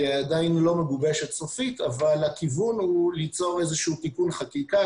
היא עדיין לא מגובשת סופית אבל הכיוון הוא ליצור איזשהו תיקון חקיקה,